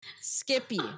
Skippy